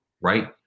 right